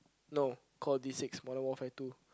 no call the six Modern Warfare two